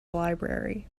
library